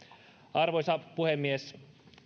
arvoisa puhemies